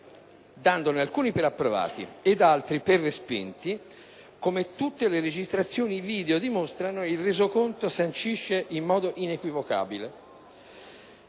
dandone alcuni per approvati ed altri per respinti, come tutte le registrazioni video dimostrano ed il resoconto sancisce in modo inequivocabile.